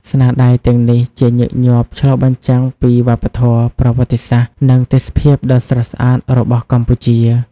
ស្នាដៃទាំងនេះជាញឹកញាប់ឆ្លុះបញ្ចាំងពីវប្បធម៌ ប្រវត្តិសាស្ត្រ និងទេសភាពដ៏ស្រស់ស្អាតរបស់កម្ពុជា។